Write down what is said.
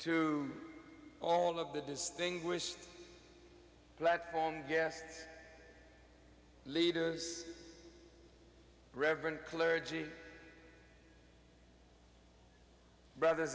to all of the distinguished platform guests leaders reverend clergy brothers